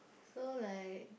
so like